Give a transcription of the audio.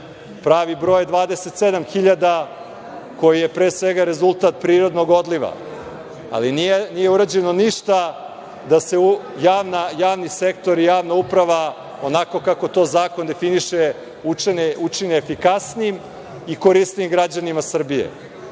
pravi broj je 27.000, koji je, pre svega, rezultat prirodnog odliva, ali nije urađeno ništa da se u javni sektor i javna uprava, onako kako to zakon definiše, učine efikasnijim i korisnijim građanima Srbije.